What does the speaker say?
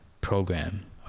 program